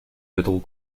middle